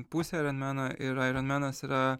pusė aironmeno ir aironmenas yra